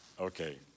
Okay